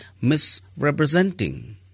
misrepresenting